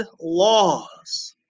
laws